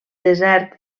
desert